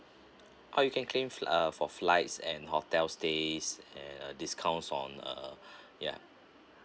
ah you can claim uh for fflights and hotel stays and a discounts on uh ya